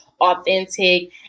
authentic